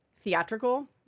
theatrical